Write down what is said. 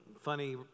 funny